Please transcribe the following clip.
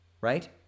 right